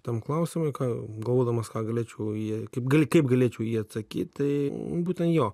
tam klausimui ką galvodamas ką galėčiau jai kaip gali kaip galėčiau jį atsakyt tai būtent jo